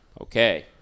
Okay